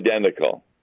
identical